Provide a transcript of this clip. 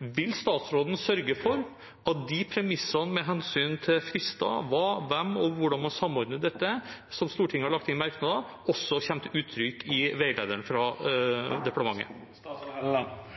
Vil statsråden sørge for at premissene med hensyn til frister, hva, hvem og hvordan man samordner dette som Stortinget har lagt inn i merknader, kommer til uttrykk i veilederen fra departementet?